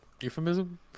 euphemism